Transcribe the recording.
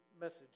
message